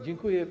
Dziękuję.